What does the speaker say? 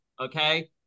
Okay